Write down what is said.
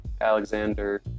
Alexander